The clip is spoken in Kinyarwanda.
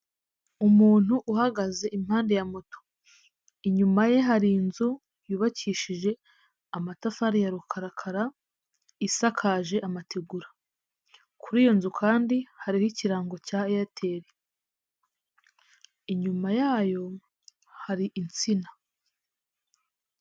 Umuntu uhagaze impande ya moto, inyuma ye hari inzu yubakishije amatafari ya rukarakara, isakaje amatigura, kuri iyo nzu kandi hariho ikirango cya Airtel, inyuma yayo hari insina.